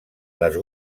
les